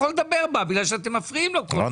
לדבר בגלל שאתם מפריעים לו כל הזמן.